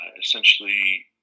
essentially